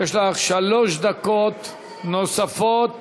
יש לך שלוש דקות נוספות